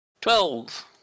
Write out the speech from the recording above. Twelve